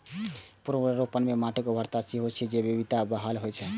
पुनर्वनरोपण सं माटिक उर्वरता बढ़ै छै आ जैव विविधता बहाल होइ छै